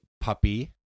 puppy